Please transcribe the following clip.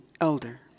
elder